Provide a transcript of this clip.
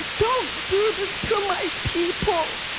don't do this to my people.